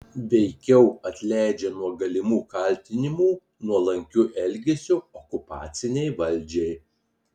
veikiau atleidžia nuo galimų kaltinimų nuolankiu elgesiu okupacinei valdžiai